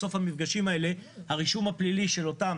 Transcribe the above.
בסוף המפגשים האלה הרישום הפלילי של אותם